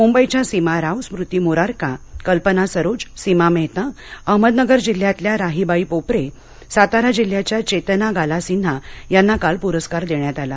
मुंबईच्या सीमा राव स्मृती मोरारका कल्पना सरोज सीमा मेहता अहमदनगर जिल्ह्यातल्या राहीबाई पोपरे सातारा जिल्ह्याच्या चेतना गाला सिन्हा यांना काल पुरस्कार देण्यात आला